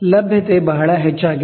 ಲಭ್ಯತೆ ಬಹಳ ಹೆಚ್ಚಾಗಿದೆ